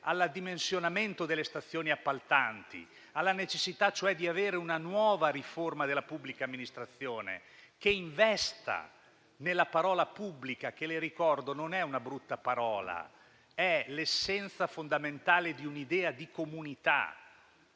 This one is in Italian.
al dimensionamento delle stazioni appaltanti e alla necessità cioè di avere una nuova riforma della pubblica amministrazione che investa nella parola «pubblica» che - glielo ricordo - non è brutta, ma è l'essenza fondamentale di un'idea di comunità,